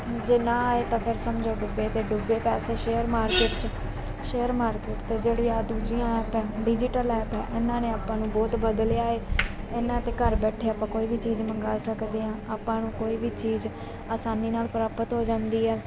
ਜੇ ਨਾ ਆਏ ਤਾਂ ਫਿਰ ਸਮਝੋ ਡੁੱਬੇ ਅਤੇ ਡੁੱਬੇ ਪੈਸੇ ਸ਼ੇਅਰ ਮਾਰਕੀਟ 'ਚ ਸ਼ੇਅਰ ਮਾਰਕੀਟ 'ਤੇ ਜਿਹੜੀ ਇਹ ਦੂਜੀਆਂ ਐਪ ਹੈ ਡਿਜਿਟਲ ਐਪ ਹੈ ਇਨ੍ਹਾਂ ਨੇ ਆਪਾਂ ਨੂੰ ਬਹੁਤ ਬਦਲਿਆ ਹੈ ਇਹਨਾਂ 'ਤੇ ਘਰ ਬੈਠੇ ਆਪਾਂ ਕੋਈ ਵੀ ਚੀਜ਼ ਮੰਗਵਾ ਸਕਦੇ ਹਾਂ ਆਪਾਂ ਨੂੰ ਕੋਈ ਵੀ ਚੀਜ਼ ਆਸਾਨੀ ਨਾਲ ਪ੍ਰਾਪਤ ਹੋ ਜਾਂਦੀ ਹੈ